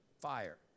fire